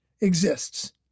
exists